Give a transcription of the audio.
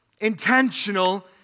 intentional